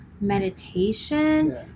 meditation